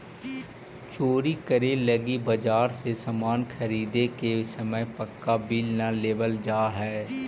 चोरी करे लगी बाजार से सामान ख़रीदे के समय पक्का बिल न लेवल जाऽ हई